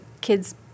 kids